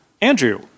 Andrew